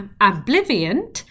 oblivion